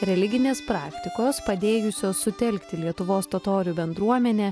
religinės praktikos padėjusios sutelkti lietuvos totorių bendruomenę